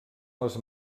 les